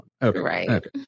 right